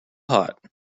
hot